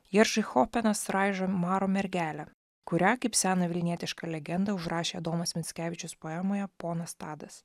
jeržy hoppenas raižo maro mergelę kurią kaip seną vilnietišką legendą užrašė adomas mickevičius poemoje ponas tadas